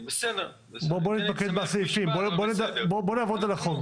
בואו נתמקד בסעיפים, בואו נדייק את הצעת החוק.